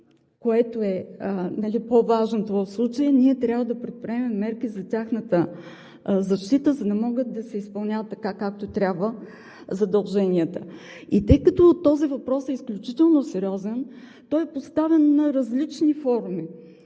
което е по-важното в случая – ние трябва да предприемем мерки за тяхната защита, за да могат да си изпълняват задълженията така, както трябва. И тъй като този въпрос е изключително сериозен, той е поставен на различни форуми,